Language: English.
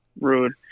rude